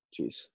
Jeez